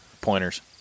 pointers